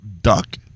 Duck